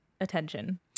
attention